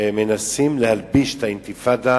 מנסים להלביש את האינתיפאדה